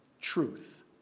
truth